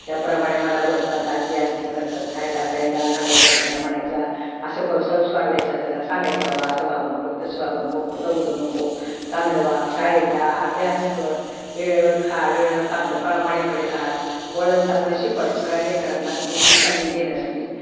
त्याप्रमाणे मला बोलतात आजी आजी करतात खायला प्यायला घालायचं त्यांना म्हणायचं असं कर संस्कार द्यायचा त्यांना सांगायचं बाबा असं वागू नको तसं वागू नको खोटं बोलू नको चांगलं वाग शाळेेत जा अभ्यास कर वेळेवर खा वेळेवर चांगलं प्रामाणिकपणे राहा वळण चांगलं शिकवायचं सगळ्या लेकरांला बुद्धी चांगली देण्या्साठी